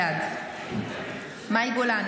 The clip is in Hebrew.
בעד מאי גולן,